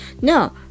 No